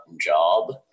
job